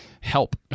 help